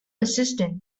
assistant